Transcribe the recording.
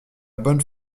bonne